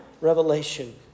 Revelation